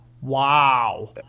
Wow